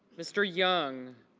mr. young